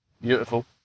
beautiful